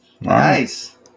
Nice